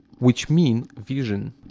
which mean vision.